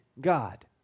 God